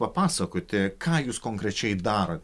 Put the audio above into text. papasakoti ką jūs konkrečiai darot